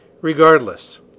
regardless